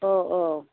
औ औ